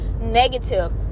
negative